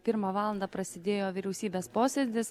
pirmą valandą prasidėjo vyriausybės posėdis